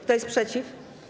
Kto jest przeciw?